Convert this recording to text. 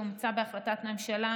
שאומצה בהחלטת ממשלה,